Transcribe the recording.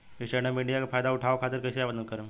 Stand up India के फाइदा उठाओ खातिर कईसे आवेदन करेम?